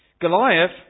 Goliath